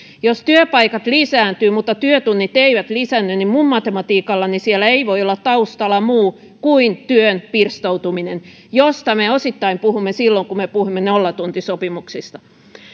jos työpaikat lisääntyvät mutta työtunnit eivät lisäänny niin minun matematiikallani siellä ei voi olla taustalla muu kuin työn pirstoutuminen josta me osittain puhumme silloin kun me puhumme nollatuntisopimuksista